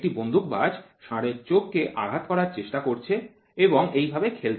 একটি বন্দুকবাজ ষাঁড়ের চোখ কে আঘাত করার চেষ্টা করছে এবং সে এই ভাবে খেলছে